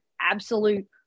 absolute